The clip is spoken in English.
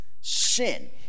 sin